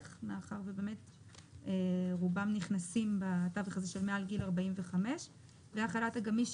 מאחר ורובם נכנסים בתווך הזה של מעל גיל 45. החל"ת הגמיש,